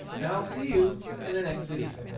and i'll see you in the next video